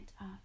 up